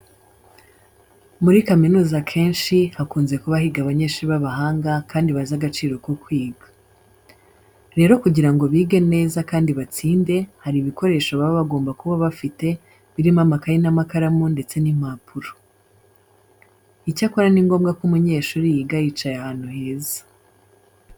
Muri kaminuza akenshi hakunze kuba higa abanyeshuri b'abahanga kandi bazi agaciro ko kwiga. Rero kugira ngo bige neza kandi batsinde, hari ibikoresho baba bagomba kuba bafite birimo amakayi n'amakaramu ndetse n'impapuro. Icyakora ni ngombwa ko umunyeshuri yiga yicaye ahantu heza.